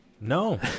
No